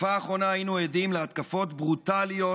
בתקופה האחרונה היינו עדים להתקפות ברוטליות